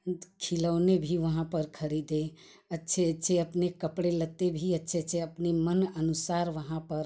खिलौने भी वहाँ पर खरीदे अच्छे अच्छे अपने कपड़े लत्ते अच्छे अच्छे भी अपने मन अनुसार वहाँ पर